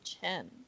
chin